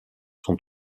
sont